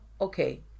okay